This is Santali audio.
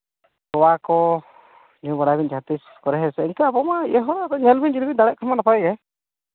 ᱛᱳᱣᱟ ᱠᱚ ᱧᱩ ᱵᱟᱲᱟᱭ ᱵᱤᱱ ᱡᱟᱦᱟᱸ ᱛᱤᱥ ᱠᱚᱨᱮ ᱤᱱᱠᱟᱹ ᱟᱵᱚ ᱢᱟ ᱤᱭᱟᱹ ᱦᱚᱸ ᱟᱫᱚ ᱧᱮᱞ ᱵᱤᱱ ᱡᱩᱫᱤ ᱵᱤᱱ ᱫᱟᱲᱮᱜ ᱠᱷᱟᱱ ᱫᱚ ᱱᱟᱯᱟᱭ ᱜᱮ